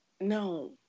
no